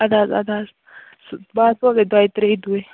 اَدٕ حظ اَدٕ حظ سُہ بہٕ حظ سوزَے دۄیہِ ترٛے دوہہِ